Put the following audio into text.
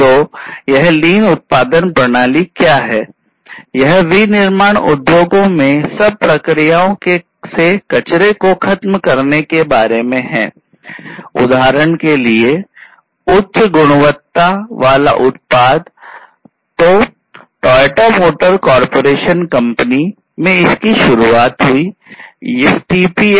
तो यह लीन उत्पादन प्रक्रिया की कुंजी है